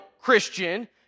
Christian